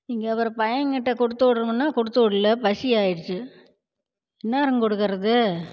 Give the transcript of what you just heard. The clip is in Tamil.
நீங்கள் ஒரு பையங்கிட்டே கொடுத்துவுடுங்கன்னா கொடுத்துவுட்ல பசியாயிடுச்சு எந்தநேரம் கொடுக்கறது